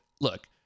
Look